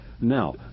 Now